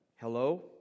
Hello